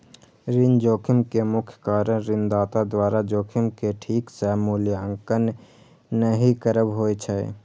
ऋण जोखिम के मुख्य कारण ऋणदाता द्वारा जोखिम के ठीक सं मूल्यांकन नहि करब होइ छै